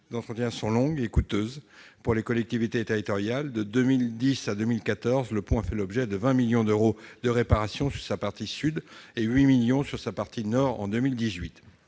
d'entretien sont longues et coûteuses pour les collectivités territoriales : de 2010 à 2014, le pont a fait l'objet de 20 millions d'euros de réparation sur sa partie sud et de 8 millions d'euros sur sa partie nord en 2018.